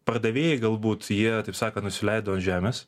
pardavėjai galbūt jie taip sakant nusileido ant žemės